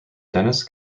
dennis